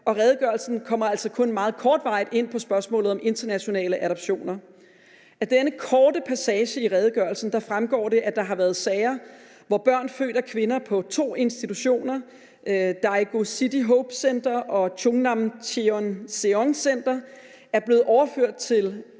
redegørelsen altså kun meget kortvarigt kommer ind på spørgsmålet om internationale adoptioner. Af denne korte passage i redegørelsen fremgår det, at der har været sager, hvor børn født af kvinder på to institutioner, Daegu City Hope Center og Chungnam Cheonseong Center, er blevet overført til